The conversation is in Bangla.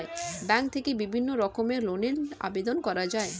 ব্যাঙ্ক থেকে বিভিন্ন রকমের ঋণের আবেদন করা যায়